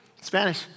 Spanish